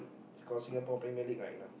is call Singapore-Premier-League right now